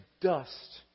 dust